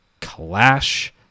Clash